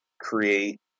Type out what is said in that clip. create